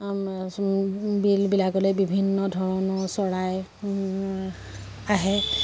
বিলবিলাকলৈ বিভিন্ন ধৰণৰ চৰাই আহে